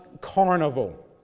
carnival